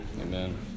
Amen